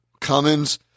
Cummins